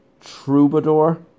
troubadour